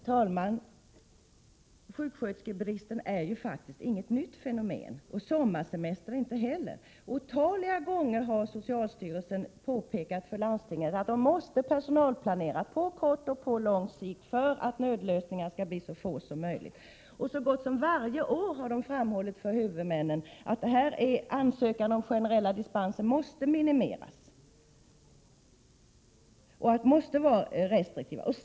Herr talman! Sjuksköterskebristen är faktiskt inget nytt fenomen, och det är inte heller sommarsemestrar. Socialstyrelsen har otaliga gånger påpekat för landstingen att de måste personalplanera på både kort och lång sikt för att nödlösningar skall bli så få som möjligt. Socialstyrelsen har också så gott som varje år framhållit för huvudmännen att ansökan om generella dispenser måste minimeras, att man måste vara restriktiv.